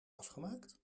afgemaakt